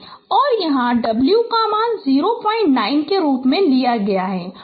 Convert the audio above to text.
det𝐻𝑎𝑝𝑝𝑟𝑜𝑥 𝐷𝑥𝑥𝐷𝑦𝑦 − 𝑤𝐷𝑥𝑦2 और यहाँ 'w' का मान 09 के रूप में लिया जाता है